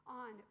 on